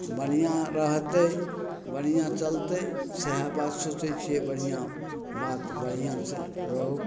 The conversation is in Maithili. बढ़िआँ रहतै बढ़िआँ चलतइ सएहे बात सोचय छियै बढ़िआँ बात बढ़िआँसँ रहू